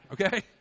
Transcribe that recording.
Okay